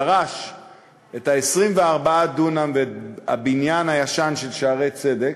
דרש את 24 הדונם ואת הבניין הישן של "שערי צדק",